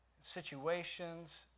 situations